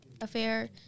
affair